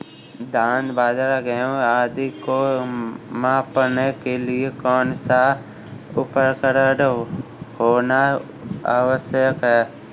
धान बाजरा गेहूँ आदि को मापने के लिए कौन सा उपकरण होना आवश्यक है?